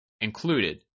included